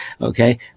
okay